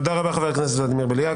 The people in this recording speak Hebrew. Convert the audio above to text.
תודה רבה, חבר הכנסת ולדימיר בליאק.